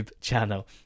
channel